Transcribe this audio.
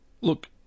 look